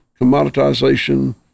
commoditization